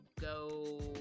go